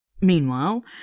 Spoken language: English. Meanwhile